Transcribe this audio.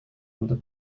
untuk